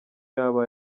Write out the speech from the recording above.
yaba